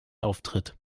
auftritt